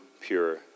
pure